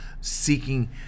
seeking